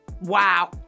wow